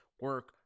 Work